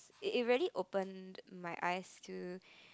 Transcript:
it it really opened my eyes to